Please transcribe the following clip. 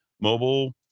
mobile